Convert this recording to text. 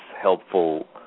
helpful